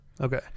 Okay